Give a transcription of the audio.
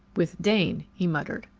with dane, he muttered.